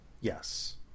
yes